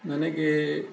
ನನಗೆ